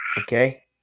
Okay